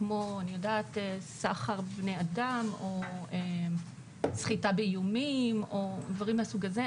כמו סחר בבני אדם או סחיטה באיומים או דברים מהסוג הזה,